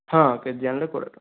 ହଁ କେଜିଏ ଆଣିଲେ କୋଡ଼ିଏ ଟଙ୍କା